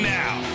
now